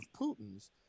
putin's